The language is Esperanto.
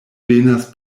venas